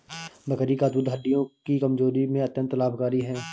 बकरी का दूध हड्डियों की कमजोरी में अत्यंत लाभकारी है